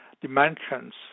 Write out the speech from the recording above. dimensions